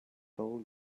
stole